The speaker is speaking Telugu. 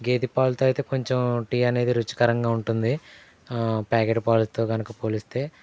గేదె పాలతో అయితే కొంచెం టీ అనేది రుచికరంగా ఉంటుంది ప్యాకెట్ పాలతో కనుక పోలిస్తే